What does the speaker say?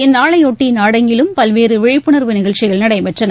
இந்நாளையொட்டிநாடெங்கிலும் பல்வேறுவிழிப்புணா்வு நிகழ்ச்சிகள் நடைபெற்றன